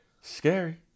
scary